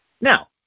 Now